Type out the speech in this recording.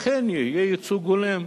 אכן יהיה ייצוג הולם?